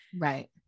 Right